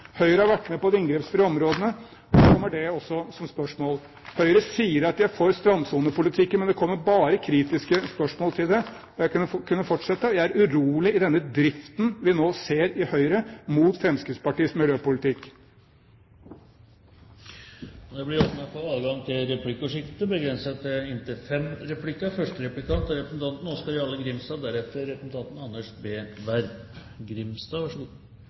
Høyre var med på rovdyrforliket, men vi får ingen hyllest for det i Stortinget. Vi får bare kritiske spørsmål til det. Høyre har vært med på de inngrepsfrie områdene. Nå kommer det også opp som spørsmål. Høyre sier at de er for strandsonepolitikken, men det kommer bare kritiske spørsmål til det – og jeg kunne fortsette. Jeg er urolig over denne driften vi nå ser i Høyre mot Fremskrittspartiets miljøpolitikk. Det blir åpnet for replikkordskifte.